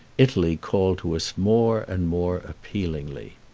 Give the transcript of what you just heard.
italy called to us more and more appealingly.